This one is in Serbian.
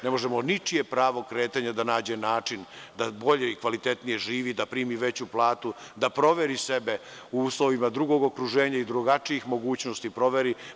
Ne može ničije pravo kretanja da nađe način da bolje i kvalitetnije živi, da primi veću platu, da proveri sebe u uslovima drugog okruženja i drugačijih mogućnosti proveri.